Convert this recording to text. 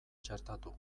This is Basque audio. txertatu